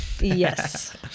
Yes